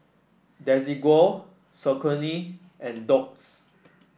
Desigual Saucony and Doux